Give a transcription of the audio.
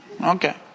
Okay